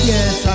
Yes